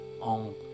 on